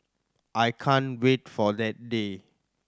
I can't wait for that day